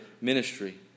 ministry